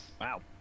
Wow